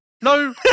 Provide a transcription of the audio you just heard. No